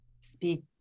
speak